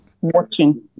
watching